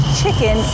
chicken